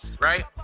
right